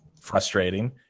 frustrating